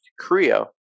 CREO